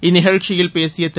இந்நிகழ்ச்சியில் பேசிய திரு